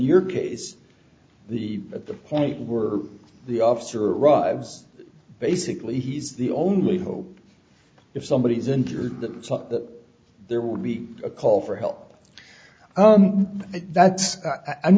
your case the at the point were the officer arrives basically he's the only hope if somebody is injured that there would be a call for help that's i'm